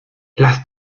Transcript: lass